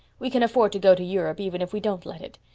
we can afford to go to europe even if we don't let it.